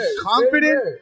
confident